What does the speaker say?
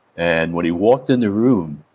and when he walked in the room,